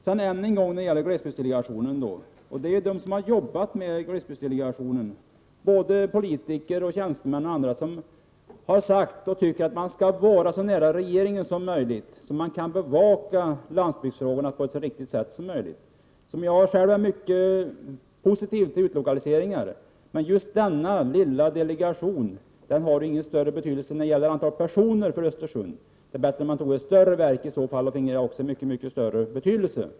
Jag vill än en gång ta upp glesbygdsdelegationen. De som har arbetat i glesbygdsdelegationen, både politiker och tjänstemän, anser att glesbygdsdelegationen skall vara förlagd så nära regeringen som möjligt, så att glesbygdsfrågorna kan bevakas på ett så bra sätt som möjligt. Jag är mycket positiv till utlokaliseringar, men just denna lilla delegation har när det gäller antalet personer inte någon större betydelse för Östersund. Det är i så fall bättre att ett större verk utlokaliseras, som skulle få en större betydelse.